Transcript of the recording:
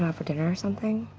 yeah for dinner or something?